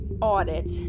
audit